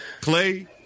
Clay